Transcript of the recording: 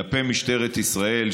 כלפי משטרת ישראל,